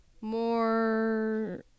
More